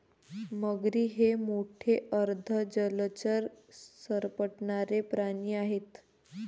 मगरी हे मोठे अर्ध जलचर सरपटणारे प्राणी आहेत